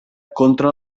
contra